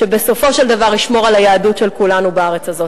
שבסופו של דבר ישמור על היהדות של כולנו בארץ הזאת.